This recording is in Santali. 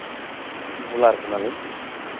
ᱜᱳᱞᱟᱨ ᱠᱟᱱᱟᱞᱤᱧ